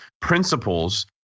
principles